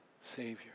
Savior